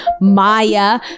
Maya